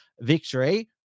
victory